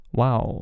Wow